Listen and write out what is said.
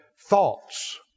thoughts